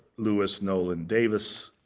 louis nolan davis.